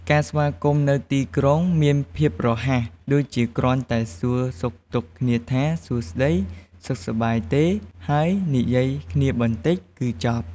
ការស្វាគមន៍នៅទីក្រុងមានភាពរហ័ស ដូចជាគ្រាន់តែសួរសុខទុក្ខគ្នាថា “សួស្តី សុខសប្បាយទេ?” ហើយ និយាយគ្នាបន្តិច គឺចប់។